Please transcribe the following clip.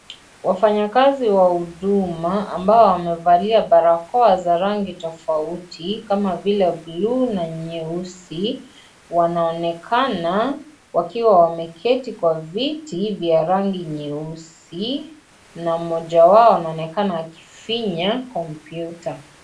Wafanyikazi wa huduma ambao wamevalia barakoa za rangi tofauti kama Vile bluu na nyeusi wanaonekana wakiwa wameketi kwa viti vya rangi nyeusi na mmoja wao anaonekana akifinya kompyuta.